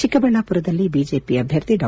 ಚಿಕ್ಕಬಳ್ಳಾಮರದಲ್ಲಿ BJP ಅಭ್ಯರ್ಥಿ ಡಾ